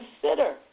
consider